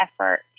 effort